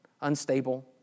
unstable